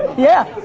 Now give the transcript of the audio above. yeah.